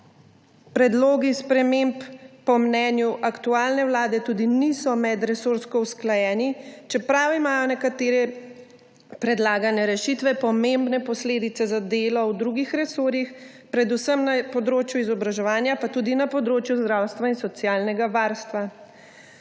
Predlogi sprememb po mnenju aktualne vlade tudi niso medresorsko usklajeni, čeprav imajo nekatere predlagane rešitve pomembne posledice za delo v drugih resorjih, predvsem na področju izobraževanja in tudi na področju zdravstva in socialnega varstva.